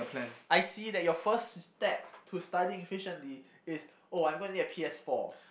I see that your first step to studying efficiently is oh I'm going to need a P_S-four